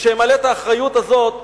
כשימלא את האחריות הזאת,